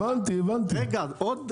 עוד דבר,